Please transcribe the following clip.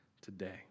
today